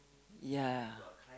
ya